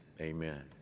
Amen